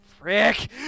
Frick